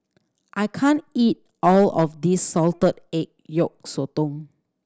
I can't eat all of this salted egg yolk sotong